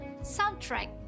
soundtrack